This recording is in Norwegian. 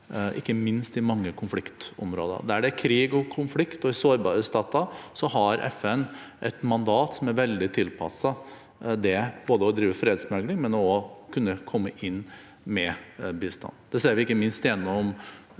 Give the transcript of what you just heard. ikke minst i mange konfliktområder. Der det er krig og konflikt i sårbare stater, har FN et mandat som er veldig tilpasset det å drive fredsmekling, men også å kunne komme inn med bistand. Det ser vi ikke minst gjennom